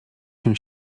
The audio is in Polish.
się